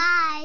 Bye